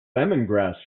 lemongrass